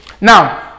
now